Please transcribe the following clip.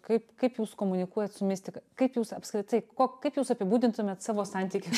kaip kaip jūs komunikuojat su mistika kaip jūs apskritai ko kaip jūs apibūdintumėt savo santykius